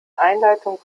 einleitung